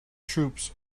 troops